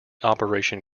operation